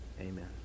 Amen